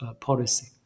policy